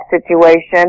situation